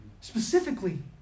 specifically